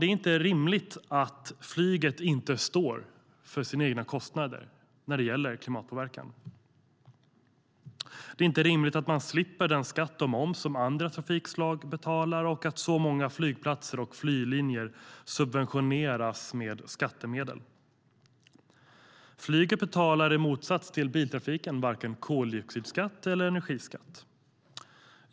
Det är inte rimligt att flyget inte står för sina egna kostnader för klimatpåverkan. Det är inte rimligt att flyget slipper den skatt och moms som andra trafikslag betalar och att så många flygplatser och flyglinjer subventioneras med skattemedel. Flyget betalar i motsats till biltrafiken varken koldioxidskatt eller energiskatt.